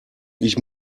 ich